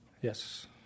yes